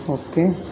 okay